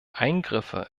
eingriffe